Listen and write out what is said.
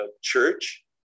church